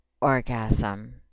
orgasm